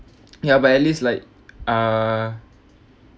ya but at least like err